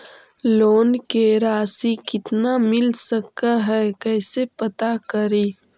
Loan के रासि कितना मिल सक है कैसे पता करी?